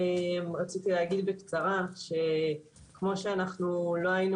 רציתי להגיד בקצרה שכמו שאנחנו לא היינו